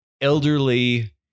elderly